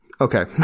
Okay